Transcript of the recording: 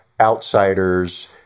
outsiders